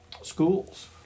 schools